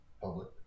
public